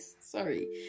sorry